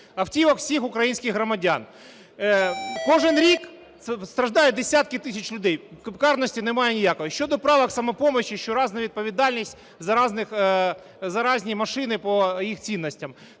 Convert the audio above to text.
автівок всіх українських громадян. Кожен рік страждають десятки тисяч людей, карності немає ніякої. Щодо правок "Самопомочі", що різна відповідальність за різні машини по їх цінностям.